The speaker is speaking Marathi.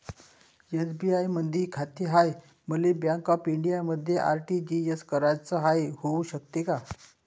एस.बी.आय मधी खाते हाय, मले बँक ऑफ इंडियामध्ये आर.टी.जी.एस कराच हाय, होऊ शकते का?